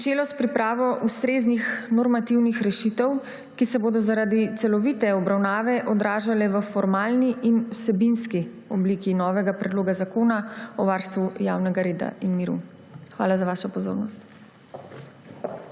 pričelo s pripravo ustreznih normativnih rešitev, ki se bodo zaradi celovite obravnave odražale v formalni in vsebinski obliki novega predloga zakona o varstvu javnega reda in miru. Hvala za vašo pozornost.